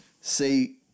see